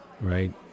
right